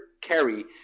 carry